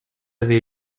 avait